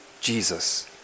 Jesus